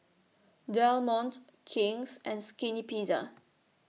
Del Monte King's and Skinny Pizza